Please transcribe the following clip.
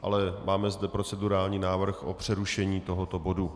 Ale máme zde procedurální návrh na přerušení tohoto bodu.